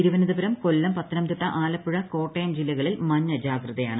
തിരുവനന്തപുരം കൊല്ലം പത്തനംതിട്ട ആലപ്പുഴ കോട്ടയം ജില്ലകളിൽ മഞ്ഞ ജാഗ്രതയാണ്